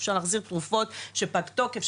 אפשר להחזיר תרופות שפג תוקף,